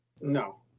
No